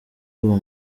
uwo